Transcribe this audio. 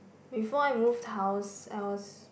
before I moved house I was